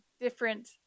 different